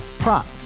Prop